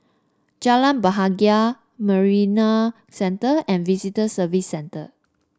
Jalan Bahagia Marina Centre and Visitor Services Centre